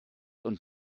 und